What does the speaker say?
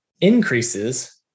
increases